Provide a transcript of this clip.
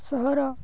ସହର